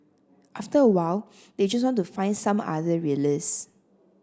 after a while they just want to find some other release